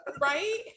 right